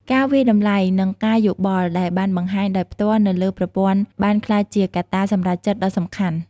ការវាយតម្លៃ និងការយោបល់ដែលបានបង្ហាញដោយផ្ទាល់នៅលើប្រព័ន្ធបានក្លាយជាកត្តាសម្រេចចិត្តដ៏សំខាន់។